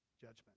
judgment